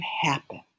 happen